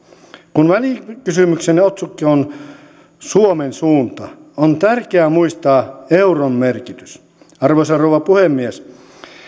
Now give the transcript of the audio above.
kun välikysymyksen otsikko on suomen suunta on tärkeää muistaa euron merkitys arvoisa rouva puhemies